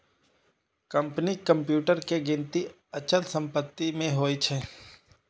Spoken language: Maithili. कंपनीक कंप्यूटर के गिनती अचल संपत्ति मे होइ छै